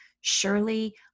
surely